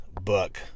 book